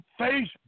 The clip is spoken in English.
Facebook